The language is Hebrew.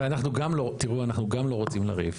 ואנחנו גם לא, תראו, אנחנו גם לא רוצים לריב.